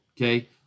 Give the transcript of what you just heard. okay